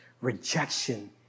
rejection